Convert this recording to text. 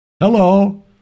Hello